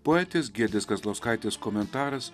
poetės giedrės kazlauskaitės komentaras